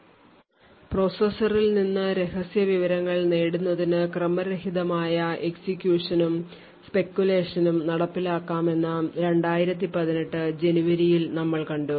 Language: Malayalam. Refer Slide Time 1234 പ്രോസസ്സറിൽ നിന്ന് രഹസ്യ വിവരങ്ങൾ നേടുന്നതിന് ക്രമരഹിതമായ execution നും speculation നും നടപ്പിലാക്കാമെന്ന് 2018 ജനുവരിയിൽ നമ്മൾ കണ്ടു